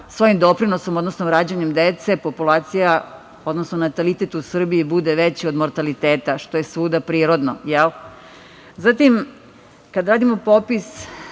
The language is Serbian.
svojim doprinosom, odnosno rađanjem dece populacija, odnosno natalitet u Srbiji bude veći od mortaliteta, što je svuda prirodno, jel. Zatim, kada radimo popis